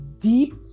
deep